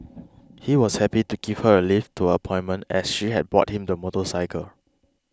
he was happy to give her a lift to her appointment as she had bought him the motorcycle